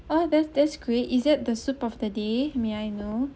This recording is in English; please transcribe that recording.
ah that that's great is that the soup of the day may I know